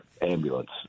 ambulance